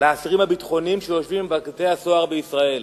לאסירים הביטחוניים שיושבים בבתי-הסוהר בישראל.